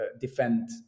defend